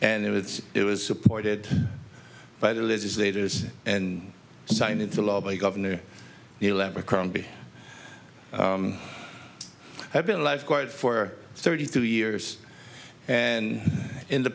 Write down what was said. it was it was supported by the legislators and signed into law by governor elaborate crombie i've been a lifeguard for thirty two years and in the